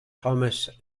thomas